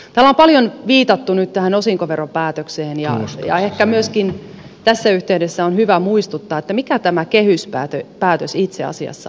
täällä on paljon viitattu nyt tähän osinkoveropäätökseen ja ehkä myöskin tässä yhteydessä on hyvä muistuttaa mikä tämä kehyspäätös itse asiassa on